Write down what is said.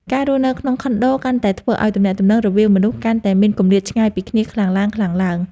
ការរស់នៅក្នុងខុនដូកាន់តែធ្វើឱ្យទំនាក់ទំនងរវាងមនុស្សកាន់តែមានគម្លាតឆ្ងាយពីគ្នាខ្លាំងឡើងៗ។